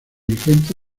dirigente